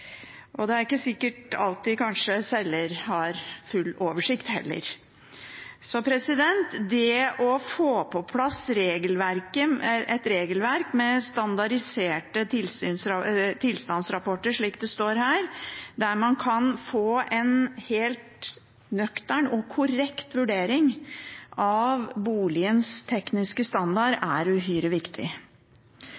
Det er ikke alltid sikkert at selgeren har full oversikt heller. Så det å få på plass et regelverk med standardiserte tilstandsrapporter, slik det står her, der man kan få en helt nøktern og korrekt vurdering av boligens tekniske standard,